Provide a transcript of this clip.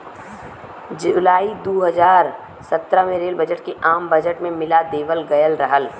जुलाई दू हज़ार सत्रह में रेल बजट के आम बजट में मिला देवल गयल रहल